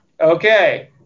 Okay